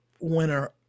winner